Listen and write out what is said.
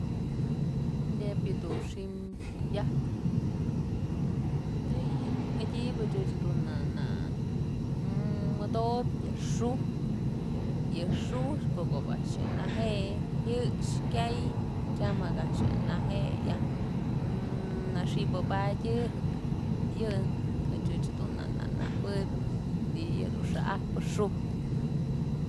Nebyë dun xi'im yaj tëyën mëdyëbëch ëch dun na, na modobyë yë xujtyë, yë xujtyë ko'ok ob a'ax yë naje jyëx kyay tyamëk a'ax je'e naje'e naxipëbadyëjëk yë ëch dun na najuëbyë y yëdun xa'ajpë xujtyë.